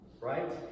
Right